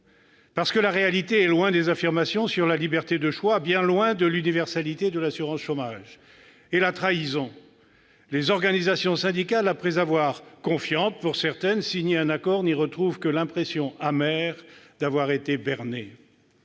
parce que la réalité est loin des affirmations sur la liberté de choix, bien loin de l'universalité de l'assurance chômage, et la trahison, car les organisations syndicales, après avoir, confiantes pour certaines, signé un accord, n'y retrouvent que l'impression amère d'avoir été bernées.